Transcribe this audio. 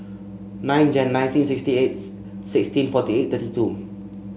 nine Jan nineteen sixty eight sixteen forty eight thirty two